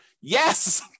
Yes